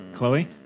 Chloe